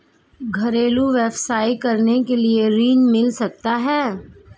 घरेलू व्यवसाय करने के लिए ऋण मिल सकता है?